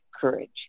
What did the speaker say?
courage